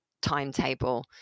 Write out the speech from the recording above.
timetable